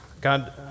God